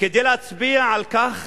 כדי להצביע על כך